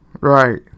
Right